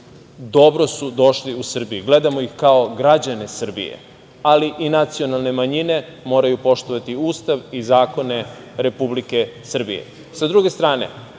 dobro su došli u Srbiji. Gledamo ih kao građane Srbije, ali i nacionalne manjine moraju poštovati Ustav i zakone Republike Srbije.S